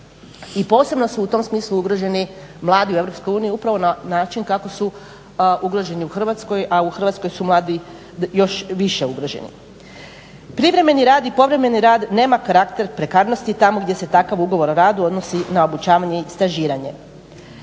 i posebno su u tom smislu ugroženi mladi u EU upravo na način kako su ugroženi u Hrvatskoj, a u Hrvatskoj su mladi još više ugroženi. Privremeni i povremeni rad nema karakter prekarnosti tamo gdje se takav ugovor o radu odnosi na obučavanje i stažiranje.